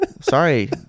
sorry